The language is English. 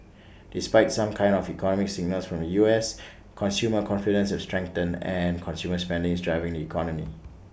despite some kind of economic signals from the U S consumer confidence has strengthened and consumer spending is driving the economy